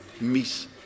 miss